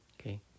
okay